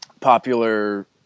popular